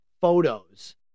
photos